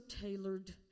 tailored